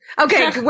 Okay